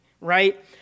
right